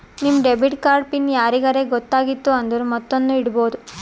ನಿಮ್ debit card PIN ಯಾರಿಗರೇ ಗೊತ್ತಾಗಿತ್ತು ಅಂದುರ್ ಮತ್ತೊಂದ್ನು ಇಡ್ಬೋದು